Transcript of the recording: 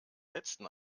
letzten